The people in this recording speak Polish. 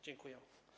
Dziękuję.